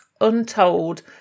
untold